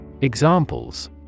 Examples